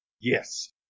Yes